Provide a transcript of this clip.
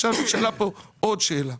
עכשיו נשאלה פה עוד שאלה.